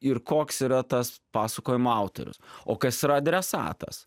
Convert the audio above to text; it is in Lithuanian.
ir koks yra tas pasakojimo autorius o kas yra adresatas